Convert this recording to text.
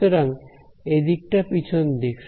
সুতরাং এদিকটা পিছন দিক